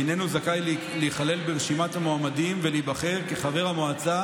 איננו זכאי להיכלל ברשימת המועמדים ולהיבחר לחבר המועצה